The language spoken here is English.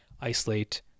isolate